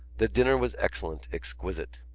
the dinner was excellent, exquisite.